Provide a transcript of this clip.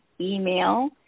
email